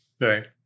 Right